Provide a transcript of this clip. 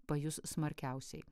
pajus smarkiausiai